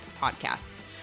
podcasts